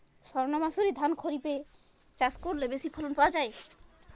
সর্ণমাসুরি ধান খরিপে চাষ করলে বেশি ফলন পাওয়া যায়?